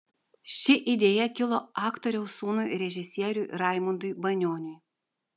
ši idėja kilo aktoriaus sūnui režisieriui raimundui banioniui